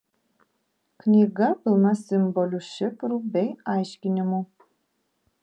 knyga pilna simbolių šifrų bei aiškinimų